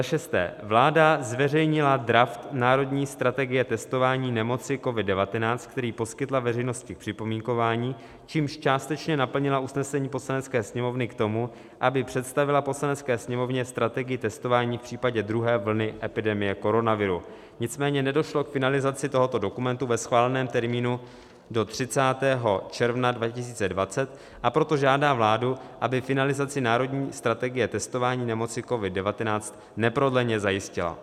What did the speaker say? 6. vláda zveřejnila draft Národní strategie testování nemoci COVID19, který poskytla veřejnosti k připomínkování, čímž částečně naplnila usnesení Poslanecké sněmovny k tomu, aby představila Poslanecké sněmovně strategii testování v případě druhé vlny epidemie koronaviru, nicméně nedošlo k finalizaci tohoto dokumentu ve schváleném termínu do 30. června 2020, a proto žádá vládu, aby finalizaci Národní strategie testování nemoci covid19 neprodleně zajistila;